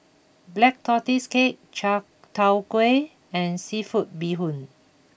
Black Tortoise Cake Chai Tow Kuay and Seafood Bee Hoon